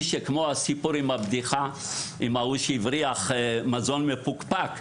זה כמו הבדיחה על אדם שהבריח מזון מפוקפק.